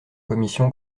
commission